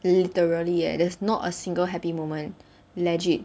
literally ya there's not a single happy moment legit